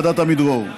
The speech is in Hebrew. ועדת עמידרור.